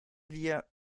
wir